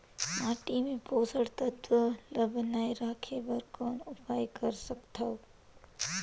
माटी मे पोषक तत्व ल बनाय राखे बर कौन उपाय कर सकथव?